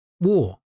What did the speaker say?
war